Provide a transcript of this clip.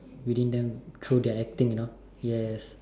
within them through their acting you know yes